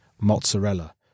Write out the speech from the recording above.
mozzarella